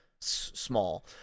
small